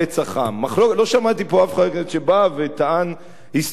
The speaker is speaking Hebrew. לא שמעתי פה אף חבר כנסת שבא וטען היסטורית נגד זה.